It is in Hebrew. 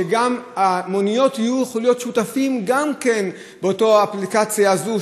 שגם המוניות יוכלו להיות שותפות באפליקציה הזאת,